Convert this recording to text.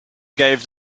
gave